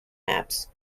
maps